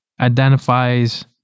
identifies